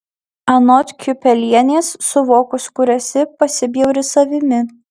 anot kiupelienės suvokus kur esi pasibjauri savimi